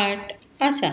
आठ आसा